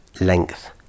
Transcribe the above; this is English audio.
length